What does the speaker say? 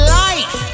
life